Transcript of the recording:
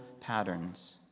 patterns